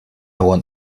want